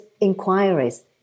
inquiries